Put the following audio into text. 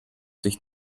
sich